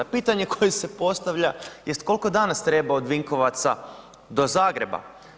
Pitanje koje se postavlja jest koliko danas treba od Vinkovaca do Zagreba.